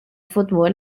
fútbol